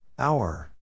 Hour